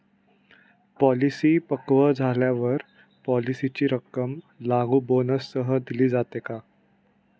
Policy पक्व झाल्यावर पॉलिसीची रक्कम लागू बोनससह दिली जाते का?